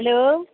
hello